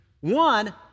One